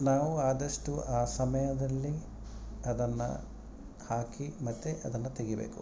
ನಾವು ಆದಷ್ಟು ಆ ಸಮಯದಲ್ಲಿ ಅದನ್ನು ಹಾಕಿ ಮತ್ತೆ ಅದನ್ನು ತೆಗೆಯಬೇಕು